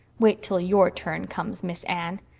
wait till your turn comes, miss anne.